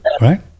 right